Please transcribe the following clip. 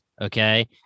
okay